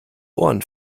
ohren